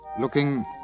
looking